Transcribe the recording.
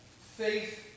faith